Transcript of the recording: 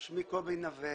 שמי קובי נווה